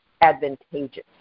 advantageous